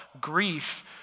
grief